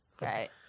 right